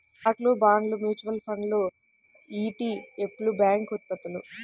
స్టాక్లు, బాండ్లు, మ్యూచువల్ ఫండ్లు ఇ.టి.ఎఫ్లు, బ్యాంక్ ఉత్పత్తులు